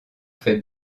fait